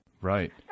right